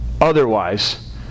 Otherwise